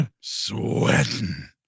sweating